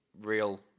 real